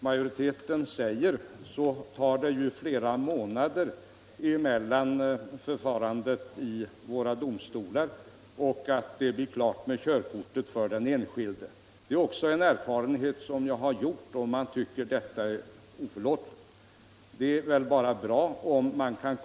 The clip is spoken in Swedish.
Herr talman! Som utskottsmajoriteten säger tar det flera månader mellan förfarandet i våra domstolar och till dess att det blir klart med kör kortet. Det är en erfarenhet som jag har gjort, och man tycker att det är oförlåtligt.